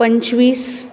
पंचवीस